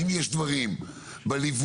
האם יש דברים בליווי,